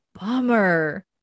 bummer